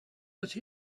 that